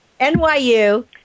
NYU